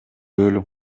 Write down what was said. өлүп